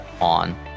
on